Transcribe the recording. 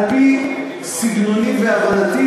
על-פי סגנוני והבנתי,